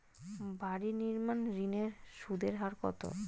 বাড়ি নির্মাণ ঋণের সুদের হার কত?